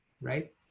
right